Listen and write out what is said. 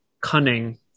cunning